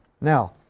Now